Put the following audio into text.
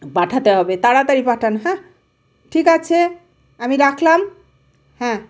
পাঠাতে হবে তাড়াতাড়ি পাঠান হ্যাঁ ঠিক আছে আমি রাখলাম হ্যাঁ